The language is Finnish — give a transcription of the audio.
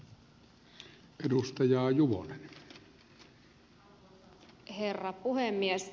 arvoisa herra puhemies